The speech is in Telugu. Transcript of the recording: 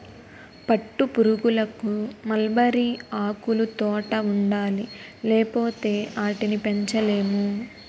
పట్టుపురుగులకు మల్బరీ ఆకులుతోట ఉండాలి లేపోతే ఆటిని పెంచలేము